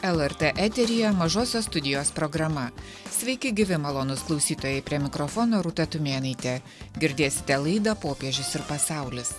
lrt eteryje mažosios studijos programa sveiki gyvi malonūs klausytojai prie mikrofono rūta tumėnaitė girdėsite laidą popiežius ir pasaulis